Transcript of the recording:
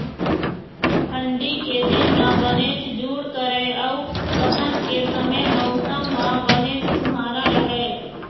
ठंडी के दिन म बनेच जूड़ करय अउ बसंत के समे मउसम ह बनेच सुहाना राहय